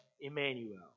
Emmanuel